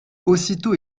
aussitôt